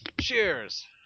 Cheers